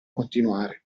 continuare